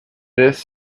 this